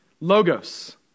Logos